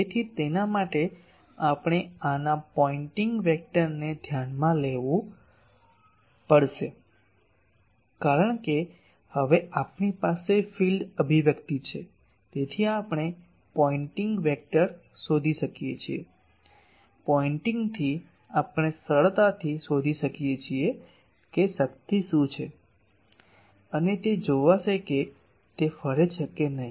તેથી તેના માટે આપણે આના પોઇંટિંગ વેક્ટરને ધ્યાનમાં લેવું પડશે કારણ કે હવે આપણી પાસે ફીલ્ડ અભિવ્યક્તિ છે તેથી આપણે પોઇન્ટિંગ વેક્ટર શોધી શકીએ છીએ પોઇન્ટિંગથી આપણે સરળતાથી શોધી શકીએ છીએ કે શક્તિ શું છે અને તે જોશે કે તે ફરે છે કે નહીં